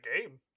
game